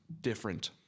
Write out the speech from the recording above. different